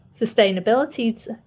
sustainability